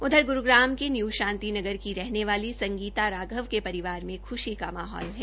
उधर गुरूग्राम के न्यू शांति नगर की रहने वाली संगीता राघव के परिवार में खुशी का माहौल है